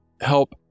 help